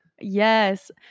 Yes